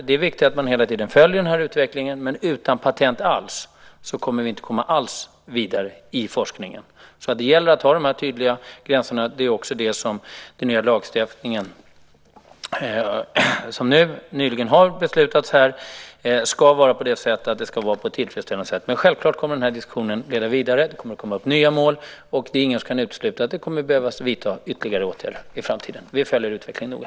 Det är viktigt att vi hela tiden följer utvecklingen, men utan några patent alls kommer vi inte vidare i forskningen över huvud taget. Det gäller alltså att ha dessa tydliga gränser, och det är också det som den i riksdagen nyligen beslutade lagstiften på ett tillfredsställande sätt ska ta vara på. Självklart kommer diskussionen att leda vidare. Det kommer upp nya mål, och ingen kan utesluta att det kommer att behöva vidtas ytterligare åtgärder i framtiden. Vi följer utvecklingen noga.